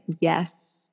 yes